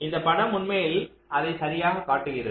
இந்த படம் உண்மையில் அதை சரியாகக் காட்டுகிறது